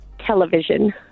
Television